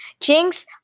Jinx